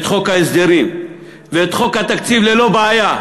את חוק ההסדרים ואת חוק התקציב ללא בעיה.